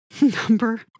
number